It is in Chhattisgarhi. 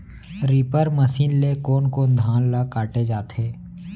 रीपर मशीन ले कोन कोन धान ल काटे जाथे?